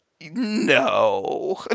no